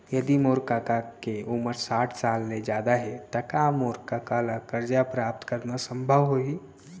यदि मोर कका के उमर साठ साल ले जादा हे त का मोर कका ला कर्जा प्राप्त करना संभव होही